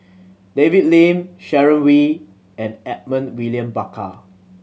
David Lim Sharon Wee and Edmund William Barker